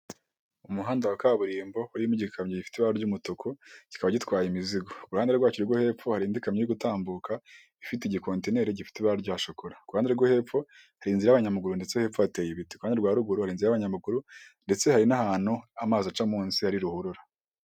Umuhanda wa kaburimbo urimo igikamyo gifite ibara ry'umutuku, kikaba gitwaye imizigo, uruhande rwacyo rwo hepfondi ikayo gutambuka ifite igikontineri gifite ibara rya shokora, kuruhande rwo hepfo hari inzira y'abanyamaguru ndetse hepfo hateye ibiti kuruhande rwa ruguru hari inzira y'abanyamaguru ndetse hari n'ahantu amazi aca munsi ari ruhurura.